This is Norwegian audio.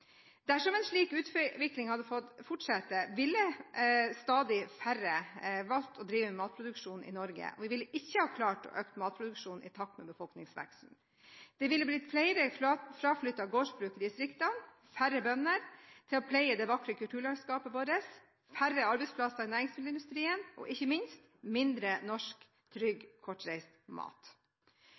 Dersom en slik utvikling hadde fått fortsette, ville stadig færre valgt å drive med matproduksjon i Norge, og vi ville ikke ha klart å øke matproduksjonen i takt med befolkningsveksten. Det ville blitt flere fraflyttede gårdsbruk i distriktene, færre bønder til å pleie det vakre kulturlandskapet vårt, færre arbeidsplasser i næringsmiddelindustrien og ikke minst mindre norsk trygg, kortreist mat.